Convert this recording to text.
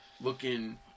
looking